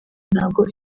ntabwo